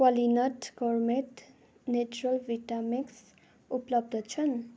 Qualinut gourmet natural vita mix उपलब्ध छन्